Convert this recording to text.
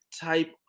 type